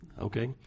Okay